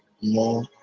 more